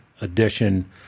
edition